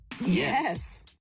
Yes